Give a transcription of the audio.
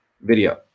video